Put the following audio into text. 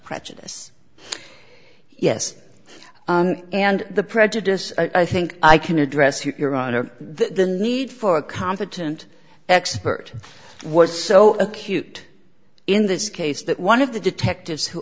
prejudice yes and the prejudice i think i can address your honor the need for a competent expert was so acute in this case that one of the detectives who